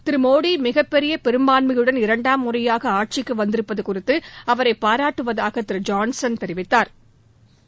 திரு மோடி மிகப்பெரிய பெரும்பான்மையுடன் இரண்டாம் முறையாக ஆட்சிக்கு வந்திருப்பது குறித்து அவரை பாராட்டுவதாக திரு ஜான்சன் தெரிவித்தாா்